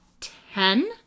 ten